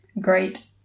great